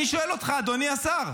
אני שואל אותך, אדוני השר,